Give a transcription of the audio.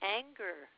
anger